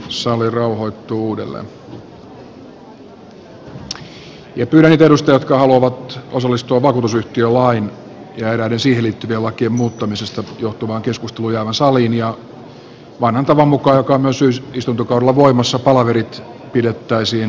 pyydän niitä edustajia jotka haluavat osallistua vakuutusyhtiölain ja eräiden siihen liittyvien lakien muuttamisesta johtuvaan keskusteluun jäämään saliin ja vanhan tavan mukaan joka on myös syysistuntokaudella voimassa palaverit pidettäisiin istuntosalin ulkopuolella